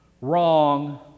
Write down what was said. wrong